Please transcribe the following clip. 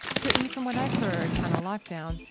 so, e, from what i've heard, on a lockdown,